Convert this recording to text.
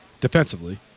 defensively